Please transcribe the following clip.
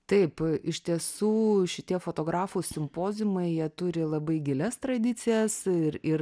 taip iš tiesų šitie fotografų simpoziumai jie turi labai gilias tradicijas ir ir